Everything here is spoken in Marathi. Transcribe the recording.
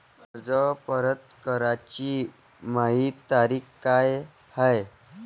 कर्ज परत कराची मायी तारीख का हाय?